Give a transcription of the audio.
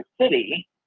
city